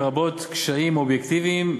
לרבות קשיים אובייקטיביים,